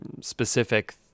specific